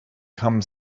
come